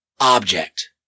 object